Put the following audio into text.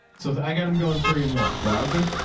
so i got them going three in one browser.